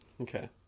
Okay